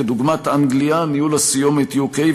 כדוגמת אנגליה: ניהול הסיומת uk,